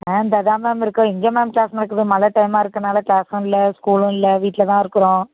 ஆ இந்தாதான் மேம் இருக்கோம் எங்கே மேம் க்ளாஸ் நடக்குது மழை டைமாக இருக்குறதினால க்ளாஸும் இல்லை ஸ்கூலும் இல்லை வீட்டில் தான் இருக்கிறோம்